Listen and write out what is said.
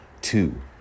two